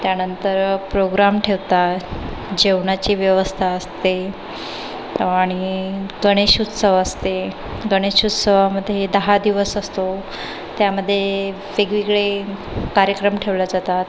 त्यानंतर प्रोग्राम ठेवतात जेवणाची व्यवस्था असते आणि गणेश उत्सव असते गणेश उत्सवामध्ये दहा दिवस असतो त्यामध्ये वेगवेगळे कार्यक्रम ठेवल्या जातात